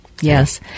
Yes